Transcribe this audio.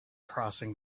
crossing